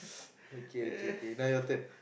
okay okay kay now your turn